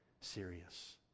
serious